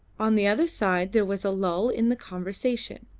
on the other side there was a lull in the conversation,